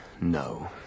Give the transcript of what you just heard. No